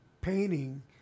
painting